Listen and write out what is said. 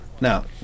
Now